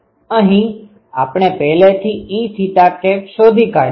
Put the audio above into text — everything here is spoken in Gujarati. અહી આપણે પહેલેથી E શોધી કાઢયું છે